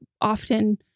often